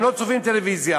הם לא צופים בטלוויזיה.